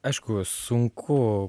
aišku sunku